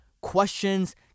questions